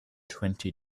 twenty